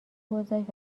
گذاشت